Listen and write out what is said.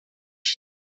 jest